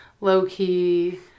low-key